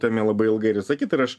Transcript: tame labai ilgai ir visa kita ir aš